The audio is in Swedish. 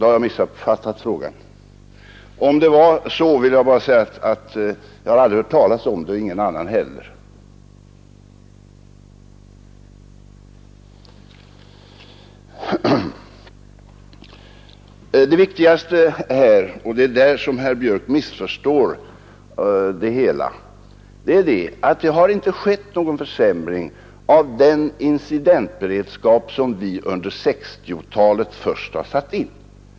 Om så var fallet, vill jag säga att jag aldrig hört talas om att så skett och ingen annan heller. Det viktigaste i detta sammanhang — och det är väl på denna punkt som herr Björck missförstår det hela — är att det inte har skett någon försämring av den incidentberedskap som vi under 1960-talet har satt in.